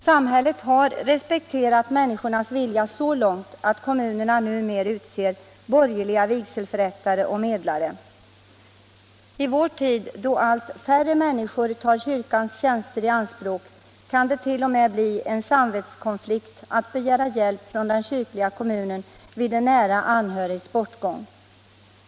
Samhället har respekterat människornas vilja så långt att kommunerna numera utser borgerliga vigselförrättare och medlare. I vår tid, då allt färre människor tar kyrkans tjänster i anspråk, kan det t.o.m. bli en samvetskonflikt att begära hjälp från den kyrkliga kommunen vid en nära anhörigs bortgång.